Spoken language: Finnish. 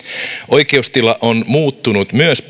oikeustila on muuttunut myös